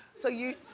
so you,